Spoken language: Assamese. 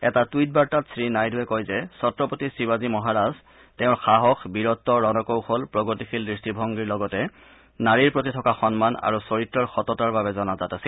এটা টুইট বাৰ্তাত শ্ৰীনাইডুৱে কয় যে ছত্ৰপতি শিৱাজী মহাৰাজ তেওঁৰ সাহস বীৰত্ব ৰণকৌশল প্ৰগতিশীল দৃষ্টিভংগীৰ লগতে নাৰীৰ প্ৰতি থকা সন্মান আৰু চৰিত্ৰৰ সততাৰ বাবে জনাজাত আছিল